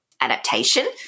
adaptation